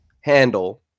handle